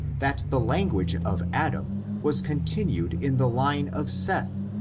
that the language of adam was continued in the line of seth,